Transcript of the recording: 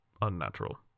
Unnatural